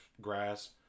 grass